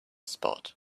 spot